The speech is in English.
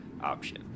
option